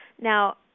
Now